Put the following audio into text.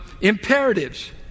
Imperatives